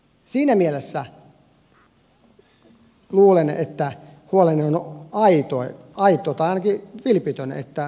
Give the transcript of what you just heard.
siinä mielessä luulen että huoleni on aito tai ainakin vilpitön